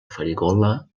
farigola